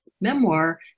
memoir